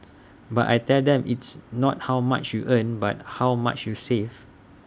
but I tell them it's not how much you earn but how much you save